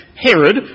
Herod